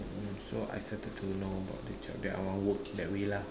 so I started to know about the job that I want work that way lah